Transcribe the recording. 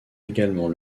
également